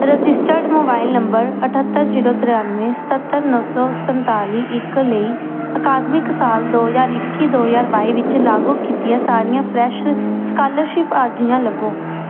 registered mobile number ਅੱਠਤਰ zero ਤਰਾਨਵੇਂ ਸਤੱਤਰ ਨੌਂ ਸੌ ਸੰਤਾਲੀ ਇੱਕ ਲਈ ਅਕਾਦਮਿਕ ਸਾਲ ਦੋ ਹਜ਼ਾਰ ਇੱਕੀ ਦੋ ਹਜ਼ਾਰ ਬਾਈ ਵਿੱਚ ਲਾਗੂ ਕੀਤੀਆਂ ਸਾਰੀਆਂ ਫਰੈਸ਼ ਸਕਾਲਰਸ਼ਿਪ ਅਰਜ਼ੀਆਂ ਲੱਭੋ